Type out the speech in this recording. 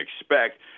expect